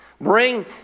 Bring